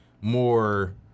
more